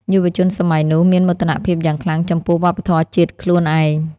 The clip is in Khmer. យុវជនសម័យនោះមានមោទនភាពយ៉ាងខ្លាំងចំពោះវប្បធម៌ជាតិខ្លួនឯង។